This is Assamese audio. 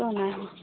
ৰ' নাই হোৱা